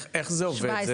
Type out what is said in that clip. איך זה עובד?